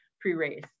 pre-race